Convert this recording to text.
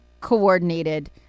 coordinated